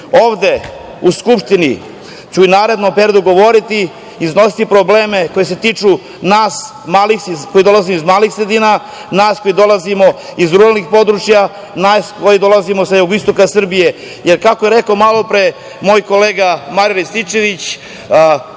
Narodnoj skupštini ću u narodnom periodu govoriti i iznositi probleme koji se tiču nas koji dolazimo iz malih sredina, nas koji dolazimo iz ruralnih područja, nas koji dolazimo sa Jugoistoka Srbije, jer kako je rekao malo pre moj kolega, Marijan Rističević,